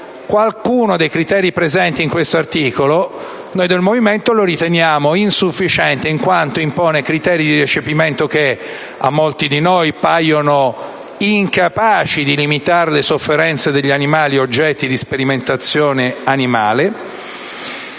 alcuni dei criteri presenti in questo articolo, noi del Movimento lo riteniamo insufficiente, in quanto impone criteri di recepimento che a molti di noi paiono non idonei a limitare le sofferenze degli animali oggetto di sperimentazione e